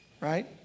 right